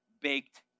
baked